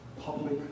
Public